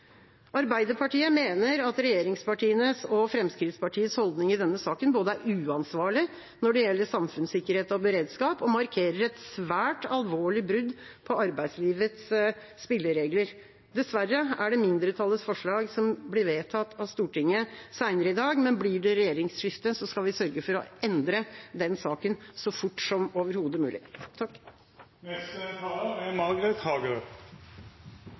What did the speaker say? Arbeiderpartiet mener at regjeringspartienes og Fremskrittspartiets holdning i denne saken både er uansvarlig når det gjelder samfunnssikkerhet og beredskap og markerer et svært alvorlig brudd på arbeidslivets spilleregler. Dessverre er det mindretallets forslag som blir vedtatt av Stortinget senere i dag, men blir det regjeringsskifte, skal vi sørge for å endre den saken så fort som overhodet mulig. Samfunnsutviklingen har medført at det er